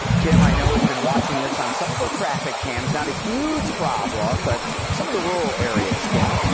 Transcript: kim, i know, has been watching this on some of her traffic cams. not a huge problem, but some of the rural areas, kim.